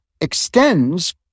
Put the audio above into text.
extends